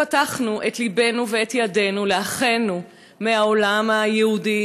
פתחנו את לבנו ואת ידינו לאחינו מהעולם היהודי,